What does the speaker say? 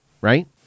right